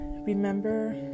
remember